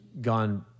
gone